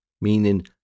meaning